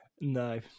No